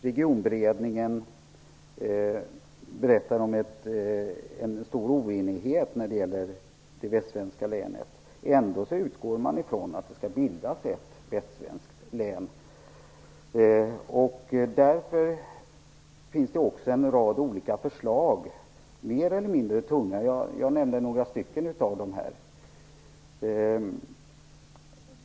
Regionberedningen berättar ju om en stor oenighet när det gäller det västsvenska länet. Ändå utgår man ifrån att det skall bildas ett västsvenskt län. Därför finns det också en rad mer eller mindre tunga förslag. Jag nämnde några av dem förut.